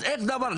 אז אין דבר.